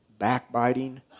backbiting